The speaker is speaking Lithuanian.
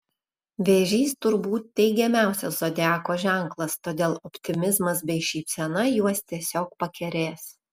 vėžys turbūt teigiamiausias zodiako ženklas todėl optimizmas bei šypsena juos tiesiog pakerės